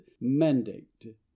mandate